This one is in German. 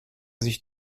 sich